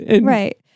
Right